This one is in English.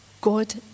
God